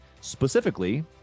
specifically